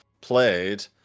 played